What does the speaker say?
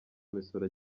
misoro